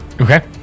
Okay